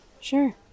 sure